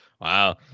wow